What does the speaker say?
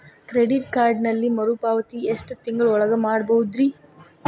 Credit ಕಾರ್ಡಿನಲ್ಲಿ ಮರುಪಾವತಿ ಎಷ್ಟು ತಿಂಗಳ ಒಳಗ ಮಾಡಬಹುದ್ರಿ?